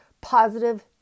positive